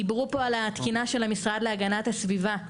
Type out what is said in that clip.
דיברו פה על התקינה של המשרד להגנת הסביבה.